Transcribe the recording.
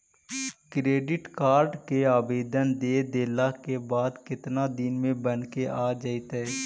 Credit card के आवेदन दे देला के बाद केतना दिन में बनके आ जइतै?